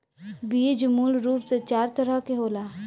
बीज मूल रूप से चार तरह के होला